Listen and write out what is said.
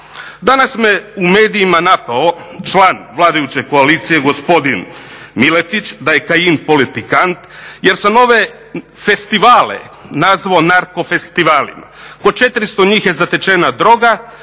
Danas me u medijima napao član vladajuće koalicije gospodin Miletić da je Kajin politikant jer sam ove festivale nazvao narko festivalima. Kod 400 njih je zatečena droga,